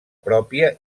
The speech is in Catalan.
pròpia